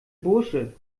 bursche